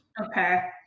Okay